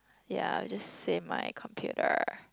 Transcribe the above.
ya I will just say my computer